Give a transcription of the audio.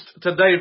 today